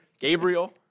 Gabriel